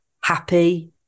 happy